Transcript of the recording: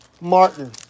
Martin